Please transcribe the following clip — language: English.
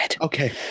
Okay